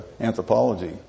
anthropology